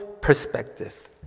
perspective